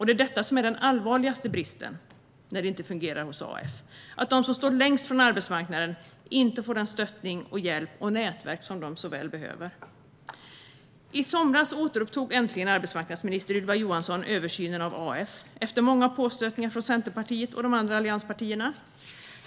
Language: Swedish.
Det är detta som är den allvarligaste bristen hos AF, att de som står längst från arbetsmarknaden inte får den stöttning, den hjälp och det nätverk som de så väl behöver. I somras återupptog äntligen arbetsmarknadsminister Ylva Johansson översynen av AF, efter många påstötningar från Centerpartiet och de andra allianspartierna.